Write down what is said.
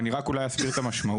אני רק אולי אסביר את המשמעות.